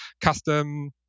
custom